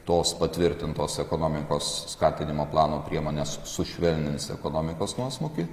tos patvirtintos ekonomikos skatinimo plano priemonės sušvelnins ekonomikos nuosmukį